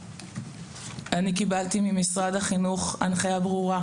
אני קיבלתי ממשרד החינוך הנחיה ברורה,